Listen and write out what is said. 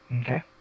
Okay